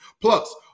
Plus